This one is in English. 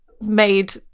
made